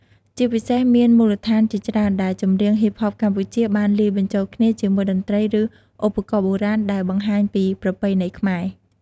ជាពិសេសមានមូលហេតុជាច្រើនដែលចម្រៀងហ៊ីបហបកម្ពុជា បានលាយបញ្ចូលគ្នាជាមួយតន្ត្រីឬឧបករណ៍បុរាណដែលបង្ហាញពីប្រពៃណីខ្មែរ។